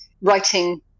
writing